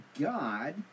God